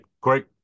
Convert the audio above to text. Great